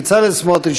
בצלאל סמוטריץ,